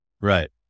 Right